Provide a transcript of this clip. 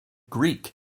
greek